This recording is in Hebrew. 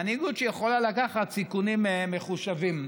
מנהיגות שיכולה לקחת סיכונים מחושבים.